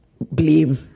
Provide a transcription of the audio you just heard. blame